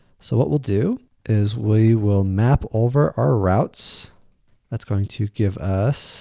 so, what we'll do is we will map over our routes that's going to give us